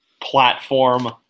platform